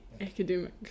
academic